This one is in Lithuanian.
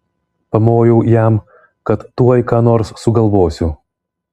pamojau jam kad tuoj ką nors sugalvosiu